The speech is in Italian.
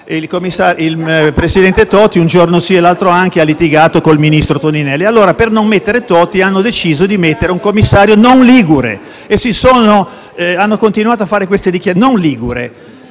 il presidente Toti, un giorno sì e l'altro anche, ha litigato con il ministro Toninelli; allora, per non mettere Toti, hanno deciso di mettere un commissario non ligure e hanno continuato a fare queste dichiarazioni. Poi si